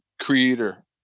creator